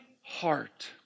heart